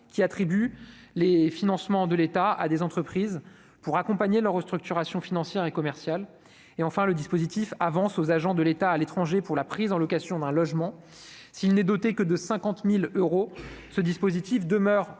qui attribue les financements de l'État à des entreprises pour accompagner leurs restructuration financière et commerciale, et enfin le dispositif avance aux agents de l'État à l'étranger pour la prise en location d'un logement s'il n'est doté que de 50000 euros, ce dispositif demeure